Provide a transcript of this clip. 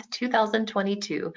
2022